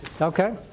Okay